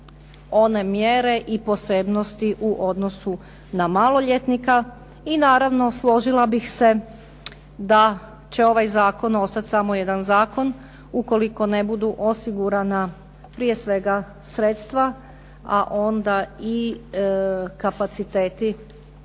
one mjere i posebnosti u odnosu na maloljetnika. I naravno složila bih se da će ovaj zakon ostati samo jedan zakon, ukoliko ne budu osigurana prije svega sredstva, a onda i kapaciteti